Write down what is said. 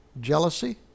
jealousy